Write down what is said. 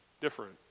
different